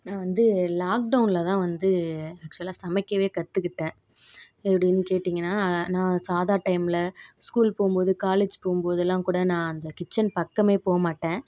நான் வந்து லாக்டௌனில் தான் வந்து அக்ஷுவலாக சமைக்கவே கற்றுக்கிட்டேன் எப்படின் கேட்டிங்கன்னா நான் சாதா டைமில் ஸ்கூல் போகும்போது காலேஜ் போம்போதெல்லாம் கூட நான் அந்த கிச்சன் பக்கமே போகமாட்டேன்